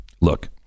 look